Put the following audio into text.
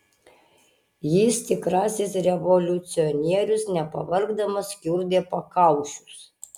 jis tikrasis revoliucionierius nepavargdamas kiurdė pakaušius